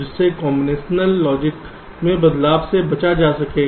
जिससे combination logic में बदलाव से बचा जा सकेगा